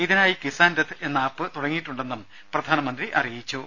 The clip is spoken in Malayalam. ഇതിനായി കിസാൻ രഥ് എന്ന ആപ്പ് തുടങ്ങിയിട്ടുണ്ടെന്നും പ്രധാനമന്ത്രി അറിയിച്ചു